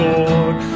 Lord